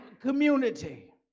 community